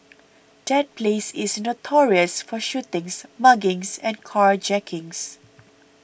that place is notorious for shootings muggings and carjackings